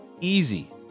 easy